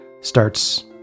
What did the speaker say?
starts